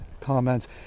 comments